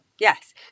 yes